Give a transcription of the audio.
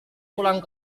pulang